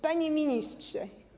Panie Ministrze!